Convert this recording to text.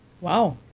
Wow